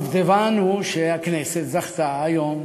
הדובדבן הוא שהכנסת זכתה היום